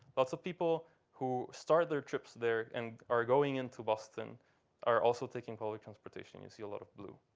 lots of people who start their trips there and are going into boston are also taking public transportation. you see a lot of blue.